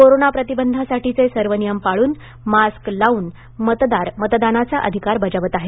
corona प्रतिबंधासाठीचे सर्व नियम पाळून मास्क लावून मतदार मतदानाचा अधिकार बजावत आहेत